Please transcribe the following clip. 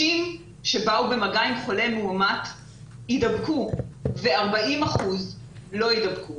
60 שבאו במגע עם חולה מאומת יידבקו ו-40 אחוזים לא יידבקו